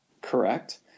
Correct